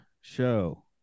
Show